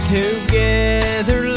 together